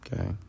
Okay